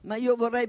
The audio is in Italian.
Vorrei